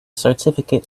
certificate